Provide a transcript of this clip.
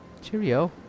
cheerio